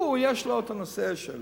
יש לה הנושא של